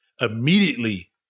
immediately